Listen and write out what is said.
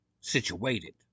situated